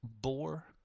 Boar